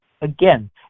again